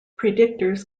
predictors